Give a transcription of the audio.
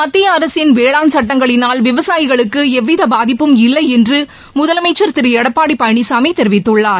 மத்திய அரசின் வேளாண் சட்டங்களினால் விவசாயிகளுக்கு எவ்வித பாதிப்பும் இல்லை என்று முதலமைச்சா் திரு எடப்பாடி பழனிசாமி தெரிவித்துள்ளார்